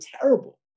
terrible